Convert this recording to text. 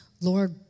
Lord